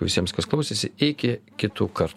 visiems kas klausėsi iki kitų kart